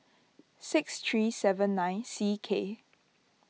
six three seven nine C K